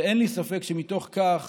אין לי ספק שמתוך כך